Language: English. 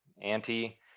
Anti